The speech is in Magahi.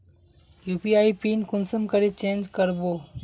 यु.पी.आई पिन कुंसम करे चेंज करबो?